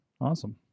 Awesome